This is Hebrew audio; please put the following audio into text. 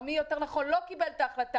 או יותר נכון מי לא קיבל את ההחלטה?